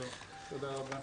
תודה רבה.